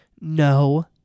no